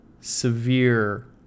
severe